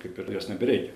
kaip ir jos nebereikia